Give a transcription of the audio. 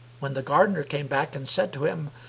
when the gardener came back and said to him,